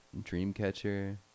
Dreamcatcher